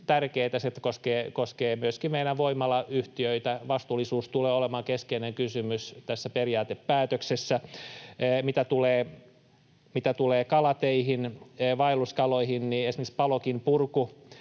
tärkeätä, se koskee myöskin meidän voimalayhtiöitä. Vastuullisuus tulee olemaan keskeinen kysymys tässä periaatepäätöksessä. Mitä tulee kalateihin, vaelluskaloihin, niin esimerkiksi Palokin purku,